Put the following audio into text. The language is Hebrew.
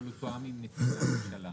אבל הוא תואם עם נציגי הממשלה.